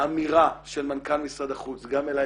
האמירה של מנכ"ל משרד החוץ גם אליי